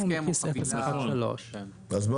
הוא מגיש 013. אם כן,